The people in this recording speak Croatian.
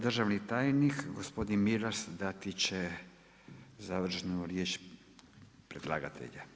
Državni tajnik gospodin Milas dati će završnu riječ predlagatelja.